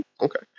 Okay